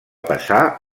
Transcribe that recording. passar